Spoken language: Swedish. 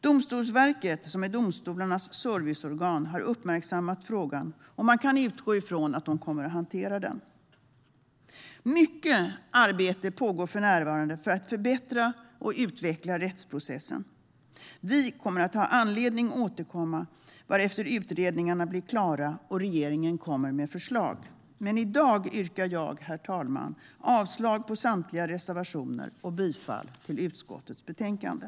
Domstolsverket, som är domstolarnas serviceorgan, har uppmärksammat frågan, och man kan utgå från att de kommer att hantera den. Mycket arbete pågår för närvarande för att förbättra och utveckla rättsprocessen. Vi kommer att ha anledning att återkomma vartefter utredningarna blir klara och regeringen kommer med förslag. Men i dag yrkar jag, herr talman, avslag på samtliga reservationer och bifall till förslaget i utskottets betänkande.